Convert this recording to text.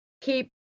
keep